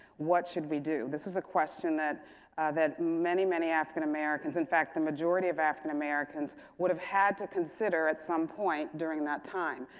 what should we do? this was a question that that many, many african americans, in fact, the majority of african americans would have had to consider at some point during that time.